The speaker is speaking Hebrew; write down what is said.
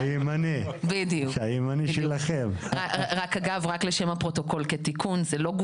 הדיון הוא הרבה יותר חשוב קודם כל למי שכן אוכל את